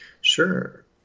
Sure